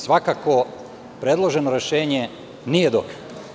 Svakako da predložene rešenje nije dobro.